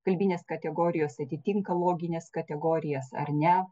kalbinės kategorijos atitinka logines kategorijas ar ne